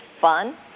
fun